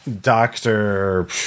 doctor